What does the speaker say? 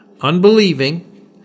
unbelieving